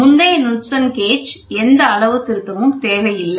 முந்தைய நுட்சன் கேஜ் எந்த அளவுத்திருத்தமும் தேவையில்லை